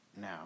now